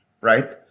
right